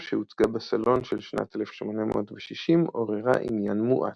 שהוצגה ב"סלון" של שנת 1860 עוררה עניין מועט.